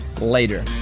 later